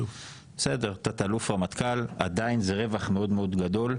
בסדר תא"ל רמטכ"ל עדיין זה רווח מאוד מאוד גדול,